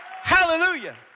hallelujah